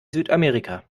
südamerika